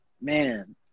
man